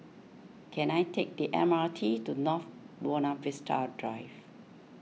can I take the M R T to North Buona Vista Drive